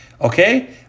Okay